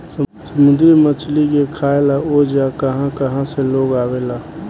समुंद्री मछली के खाए ला ओजा कहा कहा से लोग आवेला